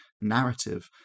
narrative